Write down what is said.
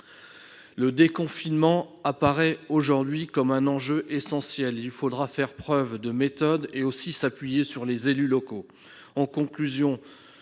Le déconfinement apparaît aujourd'hui comme un enjeu essentiel : il faudra faire preuve de méthode et aussi s'appuyer sur les élus locaux.